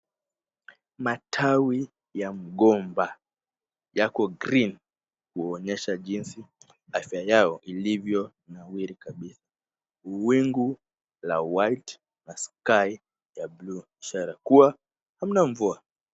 Matawi ya mgomba. Yako green kuonyesha jinsi afya yao ilivyo nawiri kabisa. Wingu la white na sky ya blue ni ishara kuwa hamna mvua.